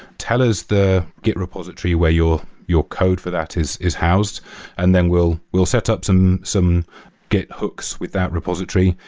tell us the git repository where your your code for that is is housed and then we'll we'll set up some some git hooks without repository,